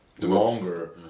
longer